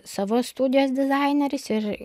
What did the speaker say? savo studijos dizaineris ir